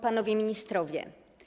Panowie Ministrowie!